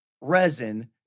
resin